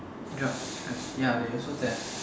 ya they also test